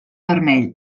vermell